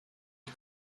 des